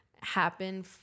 happen